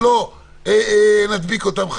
שלא נדביק אותם,